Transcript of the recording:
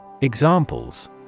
Examples